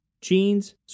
Jeans